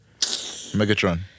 Megatron